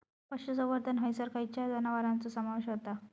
पशुसंवर्धन हैसर खैयच्या जनावरांचो समावेश व्हता?